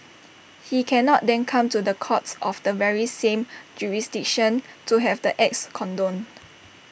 he cannot then come to the courts of the very same jurisdiction to have the acts condoned